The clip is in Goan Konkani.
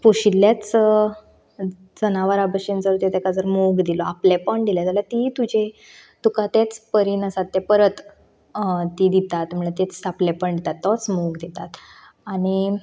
पोशिंल्याच जनावरां भशेन जर तुयेन जर तेका मोग दिलो आपलें पण दिलें जाल्यार तिय तुजें तुका तेंच परीन आसा ते परत ती दितात म्हणल्यार तीच आपलेंपण दितात म्हणल्यार तोच मोग दितात आनी